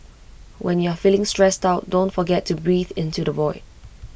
when you are feeling stressed out don't forget to breathe into the void